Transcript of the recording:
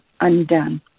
undone